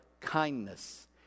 kindness